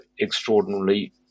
extraordinarily